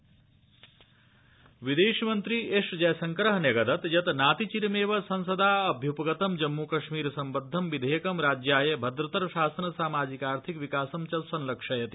भारत चीन देशो विदेश मन्त्री एस जयशंकर न्यगदत् यत् नातिचिरमेव संसदा अभ्य्पगतं जम्मू कश्मीर सम्बद्ध विधेयकं राज्याय मद्रतरशासनं सामाजिकार्थिक विकासं च संलक्षयति